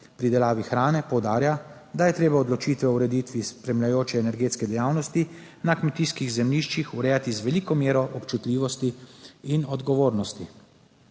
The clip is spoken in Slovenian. pridelavi hrane poudarja, da je treba odločitve o ureditvi spremljajoče energetske dejavnosti na kmetijskih zemljiščih urejati z veliko mero občutljivosti in odgovornosti.